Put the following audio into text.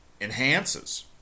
enhances